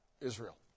Israel